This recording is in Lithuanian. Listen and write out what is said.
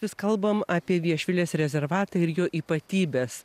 vis kalbam apie viešvilės rezervatą ir jo ypatybes